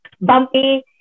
bumpy